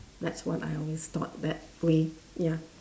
that's what I always thought that way ya